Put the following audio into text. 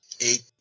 eight